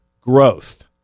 growth